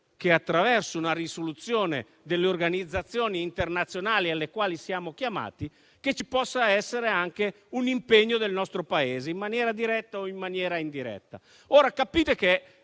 che, attraverso una risoluzione delle organizzazioni internazionali a cui siamo chiamati, ci possa essere anche un impegno del nostro Paese in maniera diretta o indiretta. Come potete